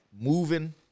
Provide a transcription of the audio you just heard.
moving